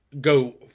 go